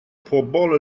pobl